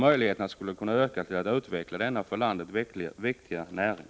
Möjligheterna skulle öka att utveckla denna för landet så viktiga näring.